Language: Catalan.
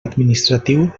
administratiu